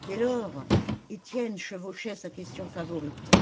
dès lors étienne chevauchait sa question favorite